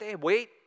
wait